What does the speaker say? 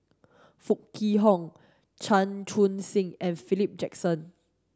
Foo Kwee Horng Chan Chun Sing and Philip Jackson